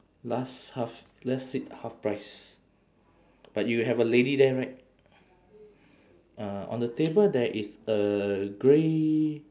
last half last seat half price but you have lady there right uh on the table there is a grey